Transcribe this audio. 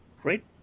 great